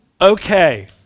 Okay